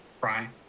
Brian